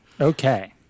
Okay